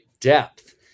depth